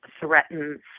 threatens